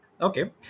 Okay